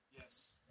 Yes